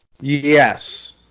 Yes